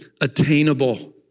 attainable